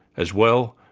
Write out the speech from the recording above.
as well,